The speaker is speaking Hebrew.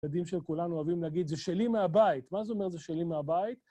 ילדים של כולנו אוהבים להגיד, זה שלי מהבית. מה זאת אומרת, זה שלי מהבית?